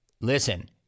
Listen